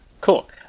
Cool